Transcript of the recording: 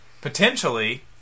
potentially